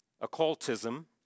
Occultism